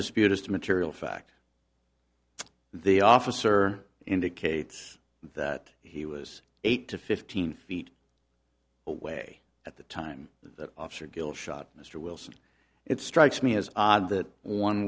dispute as to material fact the officer indicates that he was eight to fifteen feet away at the time that officer gill shot mr wilson it strikes me as odd that one